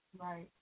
Right